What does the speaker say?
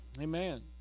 Amen